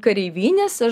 kareivines aš